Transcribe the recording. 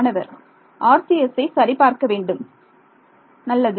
மாணவர் RCS ஐ சரி பார்க்க வேண்டும் நல்லது